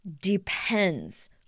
depends